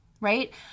right